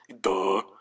duh